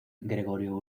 gregorio